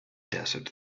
desert